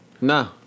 No